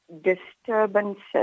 disturbances